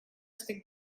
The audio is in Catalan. estic